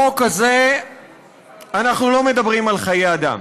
בחוק הזה אנחנו לא מדברים על חיי אדם,